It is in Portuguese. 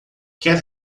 quer